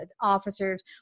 officers